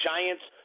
Giants